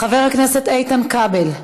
חבר הכנסת איתן כבל,